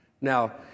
Now